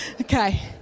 Okay